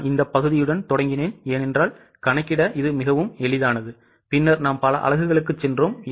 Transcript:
நான் இந்தப் பகுதியுடன் தொடங்கினேன் ஏனென்றால் கணக்கிட எளிதானது பின்னர் நாம் பல அலகுகளுக்குச் சென்றோம்